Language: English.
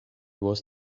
was